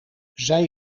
zij